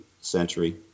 century